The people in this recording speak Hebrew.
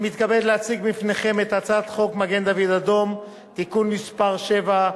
אני מתכבד להציג בפניכם את הצעת חוק מגן-דוד-אדום (תיקון מס' 7),